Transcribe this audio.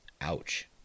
Ouch